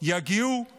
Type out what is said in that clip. יגיעו במהרה.